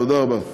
תודה רבה.